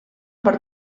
per